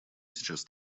сейчас